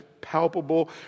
palpable